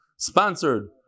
Sponsored